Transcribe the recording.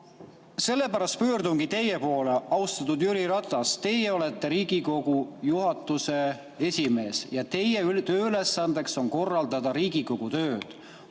sellepärast pöördungi teie poole, austatud Jüri Ratas. Teie olete Riigikogu juhatuse esimees ja teie tööülesandeks on korraldada Riigikogu tööd.